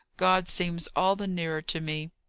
god seems all the nearer to me.